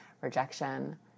rejection